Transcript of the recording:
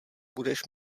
budeš